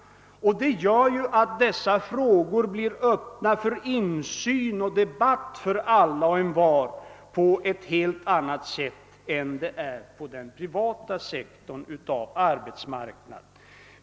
Dessa frågor blir därför öppna för insyn och debatt för alla och envar på ett helt annat sätt än på den privata sektorn av arbetsmarknaden.